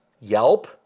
Yelp